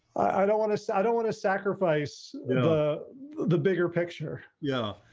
i don't want to say i don't want to sacrifice the the bigger picture. yeah.